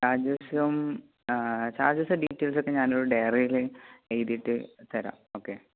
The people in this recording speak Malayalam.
ചാർജ്ജസ്സും ചാർജ്ജസ്സും ഡീറ്റൈൽസൊക്കെ ഞാനിവിടെ ഡയറിയിൽ എഴുതിയിട്ട് തരാം ഓക്കെ